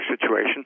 situation